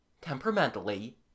Temperamentally